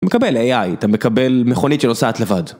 מקבל AI, אתה מקבל מכונית שנוסעת לבד